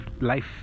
life